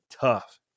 tough